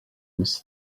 must